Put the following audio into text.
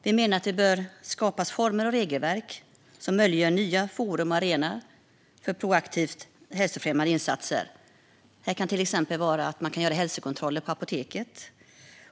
Vi menar att det bör skapas former och regelverk som möjliggör nya forum och arenor för proaktivt hälsofrämjande insatser. Det kan till exempel vara att man kan göra hälsokontroller på apoteket.